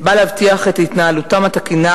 בא להבטיח את התנהלותם התקינה,